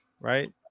right